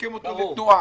לשקם אותו לתנועה.